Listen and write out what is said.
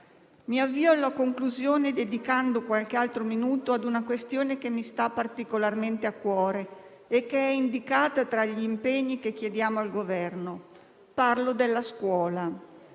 Mi avvio alla conclusione, dedicando qualche altro minuto una questione che mi sta particolarmente a cuore e che è indicata tra gli impegni che chiediamo al Governo: parlo della scuola.